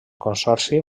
consorci